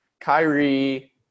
Kyrie